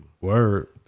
Word